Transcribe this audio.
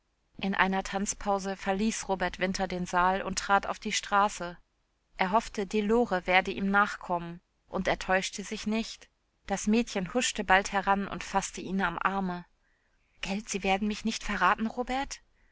in einer tanzpause verließ robert winter den saal und trat auf die straße er hoffte die lore werde ihm nachkommen und er täuschte sich nicht das mädchen huschte bald heran und faßte ihn am arme gelt sie werden mich nicht verraten robert